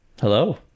Hello